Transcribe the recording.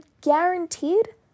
guaranteed